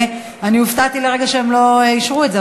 אני הופתעתי לרגע שהם לא אישרו את זה,